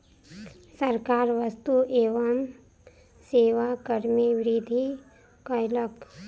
सरकार वस्तु एवं सेवा कर में वृद्धि कयलक